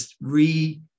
re